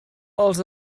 els